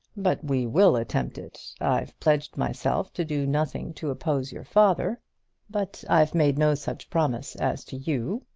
but we will attempt it. i've pledged myself to do nothing to oppose your father but i've made no such promise as to you.